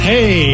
Hey